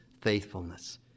faithfulness